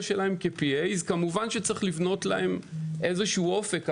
שלהם כ- PA. כמובן שצריך לבנות להם איזשהו אופק,